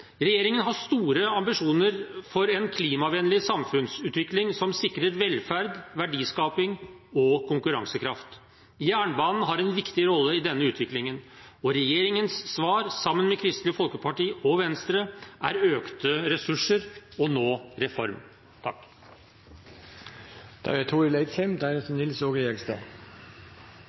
Regjeringen har store ambisjoner for en klimavennlig samfunnsutvikling som sikrer velferd, verdiskaping og konkurransekraft. Jernbanen har en viktig rolle i denne utviklingen, og regjeringens svar – sammen med Kristelig Folkeparti og Venstre – er økte ressurser og nå reform.